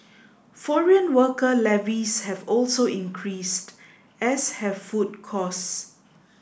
foreign worker levies have also increased as have food costs